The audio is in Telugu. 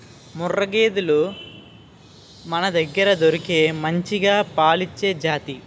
ముర్రా గేదెలు మనదగ్గర దొరికే మంచిగా పాలిచ్చే జాతి